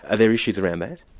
are there issues around that?